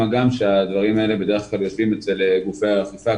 מה גם שהדברים האלה בדרך כלל יושבים אצל גופי האכיפה,